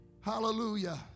Hallelujah